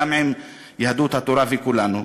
גם עם יהדות התורה וכולנו,